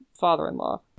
father-in-law